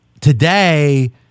today